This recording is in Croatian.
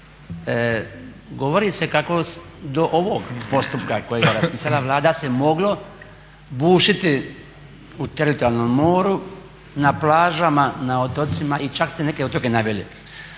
govori se kako do ovog postupka kojega i sada Vlada se moglo bušiti u teritorijalnom moru, na plažama, na otocima i čak ste neke otoke naveli.